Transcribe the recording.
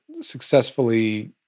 successfully